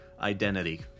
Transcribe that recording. identity